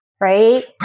right